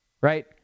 Right